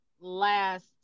last